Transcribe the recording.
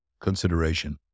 consideration